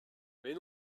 mais